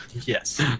Yes